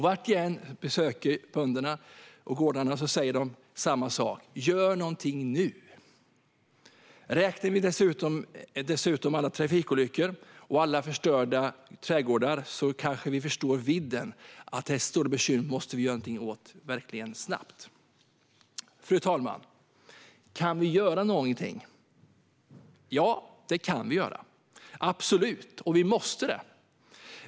Var jag än besöker gårdar och bönder säger man samma sak: Gör någonting nu ! Räknar vi dessutom med alla trafikolyckor och alla förstörda trädgårdar kanske vi förstår vidden. Detta stora bekymmer måste vi verkligen göra någonting åt snabbt. Fru talman! Kan vi då göra någonting? Ja, det kan vi absolut, och vi måste göra det.